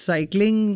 Cycling